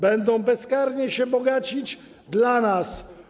Będą bezkarnie się bogacić dla nas.